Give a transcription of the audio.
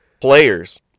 players